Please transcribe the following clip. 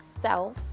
self